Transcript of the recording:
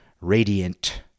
Radiant